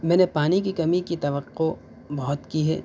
میں نے پانی کی کمی کی توقع بہت کی ہے